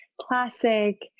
classic